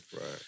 Right